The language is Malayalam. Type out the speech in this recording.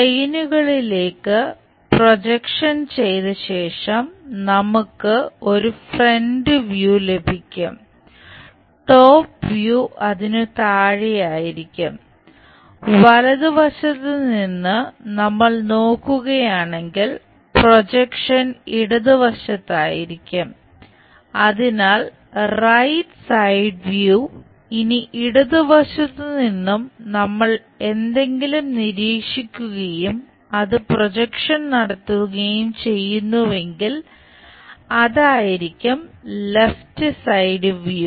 പ്ലെയിനുകളിലേക്കു